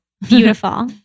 Beautiful